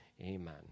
Amen